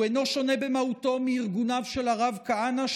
הוא אינו שונה במהותו מארגוניו של הרב כהנא,